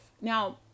Now